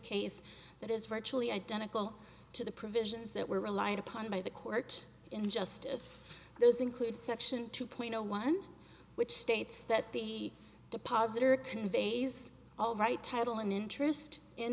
case that is virtually identical to the provisions that were reliant upon by the court in justice those include section two point zero one which states that the depositor conveys all right title and interest in